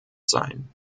sein